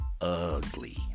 Ugly